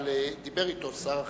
אבל דיבר אתו שר אחר.